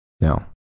No